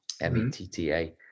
M-E-T-T-A